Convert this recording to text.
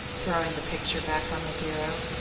throwing the picture back on the bureau.